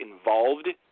involved